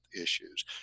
issues